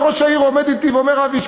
וראש העיר עומד אתי ואומר: אבי,